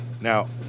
Now